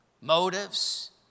motives